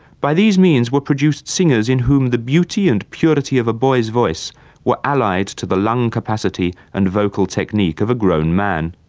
by these means were produced singers in whom the beauty and purity of a boy's voice were allied to the lung capacity and vocal technique of a grown man.